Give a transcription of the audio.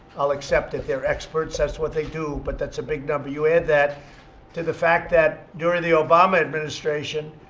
i'll accept it they're experts. that's what they do. but that's a big number. you add that to the fact that, during the obama administration,